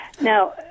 Now